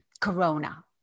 corona